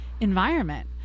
environment